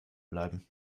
bleiben